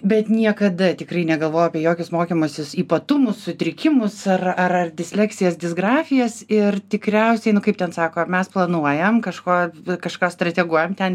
bet niekada tikrai negalvojau apie jokius mokymosis ypatumus sutrikimus ar ar ar disleksijas disgrafijas ir tikriausiai kaip ten sako mes planuojam kažko kažką strateguojam ten